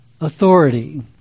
authority